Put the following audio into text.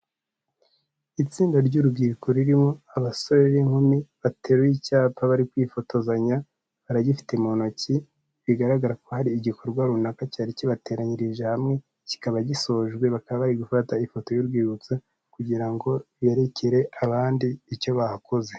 Itsinda ry'urubyiruko ririmo abasore n'inkumi, bateruye icyapa bari kwifotozanya, baragifite mu ntoki, bigaragara ko hari igikorwa runaka cyari kibateranyirije hamwe kikaba gisojwe, bakaba bari gufata ifoto y'urwibutso, kugira ngo berekere abandi icyo bahakoze.